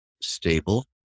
stable